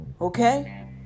Okay